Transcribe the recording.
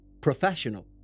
professional